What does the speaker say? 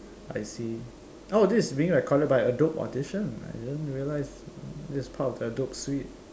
I see oh this is being recorded by Adobe audition I didn't realize this is part of the Adobe Suite